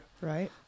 Right